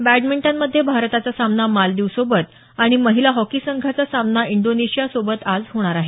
बॅडमिंटनमध्ये भारताचा सामना मालदीवसोबत आणि महिला हॉकी संघाचा सामना इंडोनेशियासोबत होणार आहे